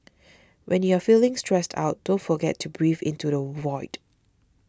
when you are feeling stressed out don't forget to breathe into the void